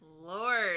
Lord